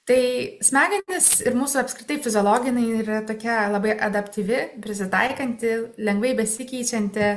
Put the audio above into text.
tai smegenys ir mūsų apskritai fiziologija jinai yra tokia labai adaptyvi prisitaikanti lengvai besikeičianti